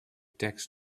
tax